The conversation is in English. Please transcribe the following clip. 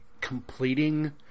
completing